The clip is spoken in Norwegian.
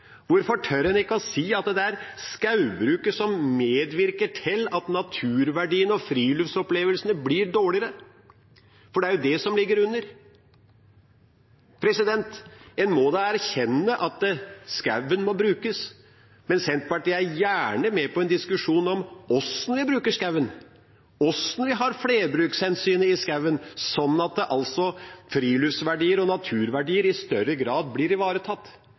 Hvorfor tør en ikke å si at det er skogbruket som medvirker til at naturverdiene og friluftsopplevelsene blir dårligere? Det er jo det som ligger under. En må da erkjenne at skogen må brukes. Men Senterpartiet er gjerne med på en diskusjon om hvordan vi bruker skogen, hvordan flerbrukshensynet er i skogen, sånn at friluftsverdier og naturverdier i større grad blir ivaretatt.